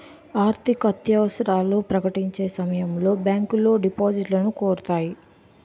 ఆర్థికత్యవసరాలు ప్రకటించే సమయంలో బ్యాంకులో డిపాజిట్లను కోరుతాయి